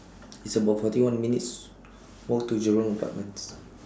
It's about forty one minutes' Walk to Jurong Apartments